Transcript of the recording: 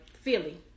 Philly